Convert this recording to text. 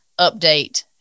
update